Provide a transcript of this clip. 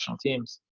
teams